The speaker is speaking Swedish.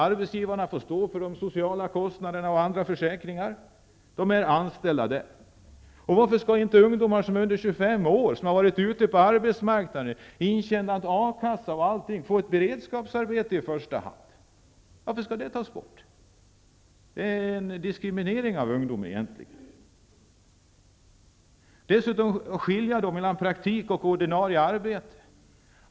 Arbetsgivarna får stå för de sociala kostnaderna och andra försäkringar. Ungdomarna skall vara anställda på företagen. Varför skall inte ungdomar som är under 25 år, som har varit ute på arbetsmarknaden och tjänat in A kassa osv., i första hand kunna få ett beredskapsarbete? Varför skall den möjligheten tas bort? Det är att diskriminera ungdomar. Dessutom gäller det att skilja på praktik och ordinarie arbete.